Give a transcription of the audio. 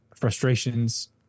frustrations